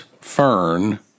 Fern